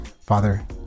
Father